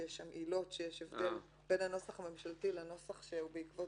כי יש שם עילות שיש הבדל בין הנוסח הממשלתי לנוסח בעקבות